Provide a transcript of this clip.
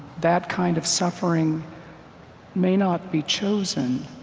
that kind of suffering may not be chosen,